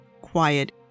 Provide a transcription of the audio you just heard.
quiet